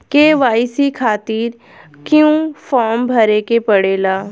KYC खातिर क्यूं form भरे के पड़ेला?